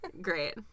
Great